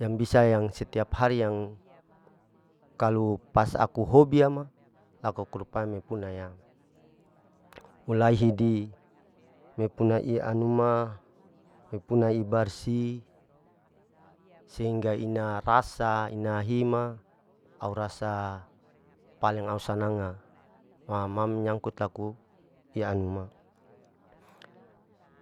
Yang bisa yang setiap hari yang kalu pas aku hobi ya ma aku rupae me puna ya, mulai hidi mepuna ianu ma, mepunai barsi sehingga ina rasa, ina hima au rasa paling au sanangnga, aa ma menyangkut laku ianu ma.